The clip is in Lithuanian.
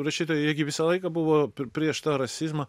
rašytojai jie gi visą laiką buvo prieš rasizmą